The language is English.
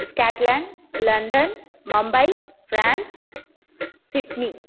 Scotland London Mumbai France Sydney